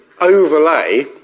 overlay